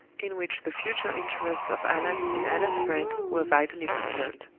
in which the future interests of allan and allan's friend were vitally concerned.